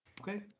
Okay